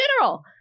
general